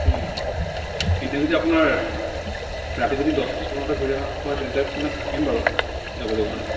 ওম এনেই যদি আপোনাৰ ৰাতি যদি দহটা মানতে ঘূৰি অহা হয় তেন্তে মানে পাৰিম বাৰু যাবলৈ কাৰণে